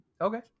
Okay